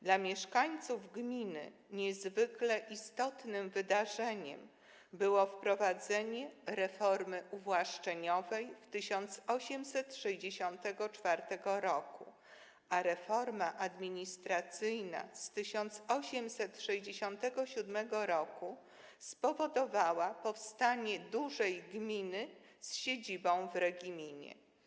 Dla mieszkańców gminy niezwykle istotnym wydarzeniem było wprowadzenie reformy uwłaszczeniowej w 1864 r., a reforma administracyjna z 1867 r. spowodowała powstanie dużej gminy z siedzibą w Regiminie.